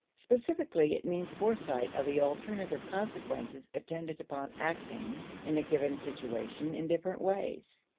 specifically it means foresight of the alternative consequences attendant upon acting in a given situation in different ways,